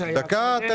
קטן.